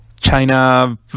China